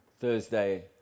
Thursday